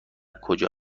کجا